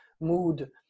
mood